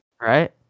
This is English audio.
Right